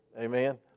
Amen